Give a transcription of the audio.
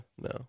no